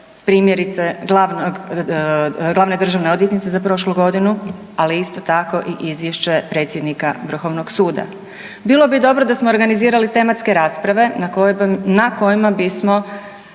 primjerice glavne državne odvjetnice za prošlu godinu, ali isto tako i izvješće predsjednika vrhovnog suda. Bilo bi dobro da smo organizirali tematske rasprave na kojima bismo